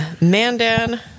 Mandan